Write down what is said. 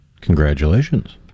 Congratulations